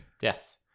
Yes